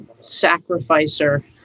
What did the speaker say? sacrificer